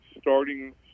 starting